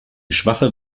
schwache